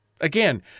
Again